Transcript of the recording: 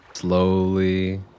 Slowly